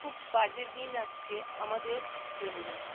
খুব বাজে দিন আসছে আমাদের জন্যে